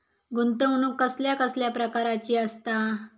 गुंतवणूक कसल्या कसल्या प्रकाराची असता?